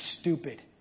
stupid